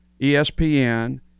ESPN